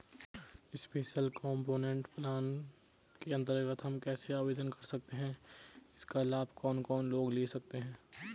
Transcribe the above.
Special component plan के अन्तर्गत हम कैसे आवेदन कर सकते हैं इसका लाभ कौन कौन लोग ले सकते हैं?